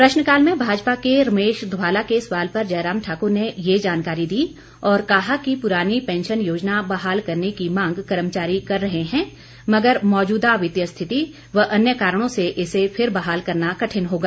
प्रश्नकाल में भाजपा के रमेश धवाला के सवाल पर जयराम ठाकर ने ये जानकारी दी और कहा कि पुरानी पेंशन योजना बहाल करने की मांग कर्मचारी कर रहे हैं मगर मौजूदा वित्तीय स्थिति व अन्य कारणों से इसे फिर बहाल करना कठिन होगा